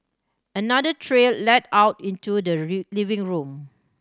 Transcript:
another trail led out into the living room